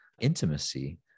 intimacy